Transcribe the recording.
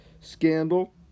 scandal